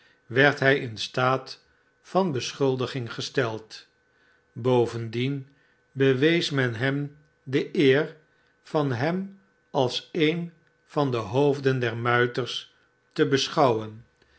werd hij in staat van beschuldiging gestekl bovendien bewees men hem de eer van hem als een van de hoofder der muiters te beschouwen